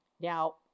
Now